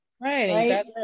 Right